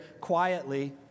quietly